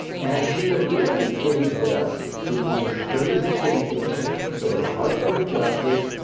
and she again gave this to the securities and exchange commission, the department of justice,